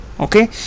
okay